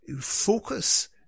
focus